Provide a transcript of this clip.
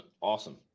awesome